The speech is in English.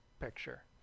picture